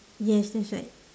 yes that's right